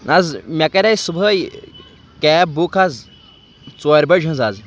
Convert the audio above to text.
نہ حظ مےٚ کَرے صُبحٲے کیب بُک حظ ژورِ بَجہِ ہٕنٛز حظ آز